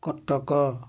Cuttack